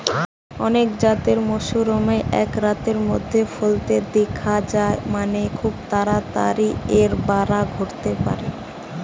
অনেক জাতের মাশরুমই এক রাতের মধ্যেই ফলতে দিখা যায় মানে, খুব তাড়াতাড়ি এর বাড়া ঘটতে পারে